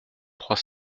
trois